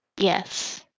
Yes